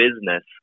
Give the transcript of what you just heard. business